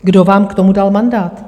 Kdo vám k tomu dal mandát?